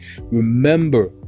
Remember